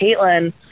Caitlin